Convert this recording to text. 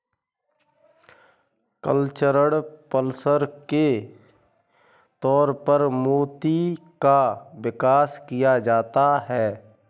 cultured pearls के तौर पर मोती का विकास किया जाता है